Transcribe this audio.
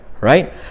right